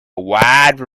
wide